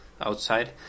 outside